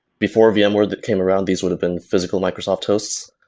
before vmware that came around, these would have been physical microsoft hosts.